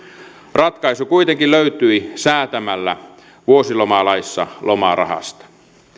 ratkaisu kuitenkin löytyi säätämällä vuosilomalaissa lomarahasta